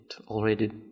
already